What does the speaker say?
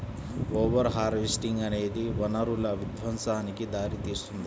over harvesting అనేది వనరుల విధ్వంసానికి దారితీస్తుంది